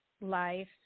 life